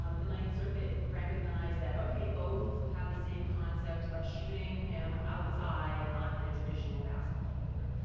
um the ninth circuit recognized that, okay, both have the same concept of shooting him outside, not in a traditional basketball court.